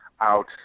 out